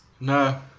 no